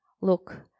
Look